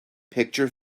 picture